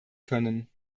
können